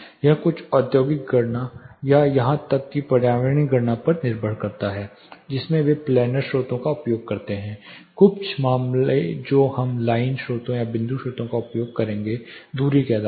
यह कुछ औद्योगिक गणना या यहां तक कि पर्यावरणीय गणना पर निर्भर करता है जिसमें वे प्लानर स्रोतों का उपयोग करते हैं कुछ मामले जो हम लाइन स्रोतों या बिंदु स्रोतों का उपयोग करेंगे दूरी के आधार पर